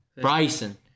Bryson